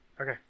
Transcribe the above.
Okay